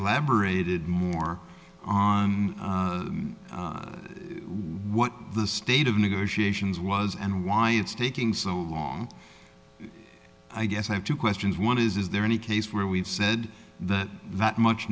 elaborated more on what the state of negotiations was and why it's taking so long i guess i have two questions one is is there any case where we've said that that much